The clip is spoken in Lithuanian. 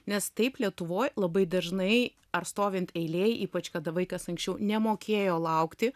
nes taip lietuvoj labai dažnai ar stovint eilėj ypač kada vaikas anksčiau nemokėjo laukti